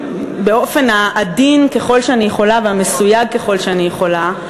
באופן העדין ככל שאני יכולה והמסויג ככל שאני יכולה,